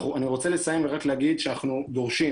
אני רוצה לסיים ורק להגיד שאנחנו דורשים,